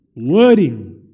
wording